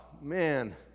man